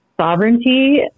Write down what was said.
sovereignty